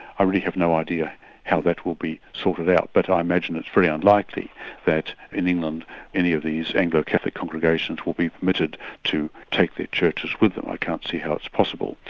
i really have no idea how that will be sorted out, but i imagine it's very unlikely that in england any of these anglo-catholic congregations will be permitted to take their churches with them. i can't see how it's possible,